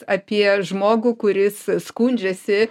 apie žmogų kuris skundžiasi